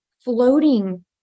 floating